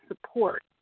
support